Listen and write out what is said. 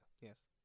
Yes